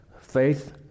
faith